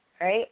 right